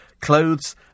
clothes